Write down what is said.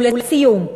ולסיום,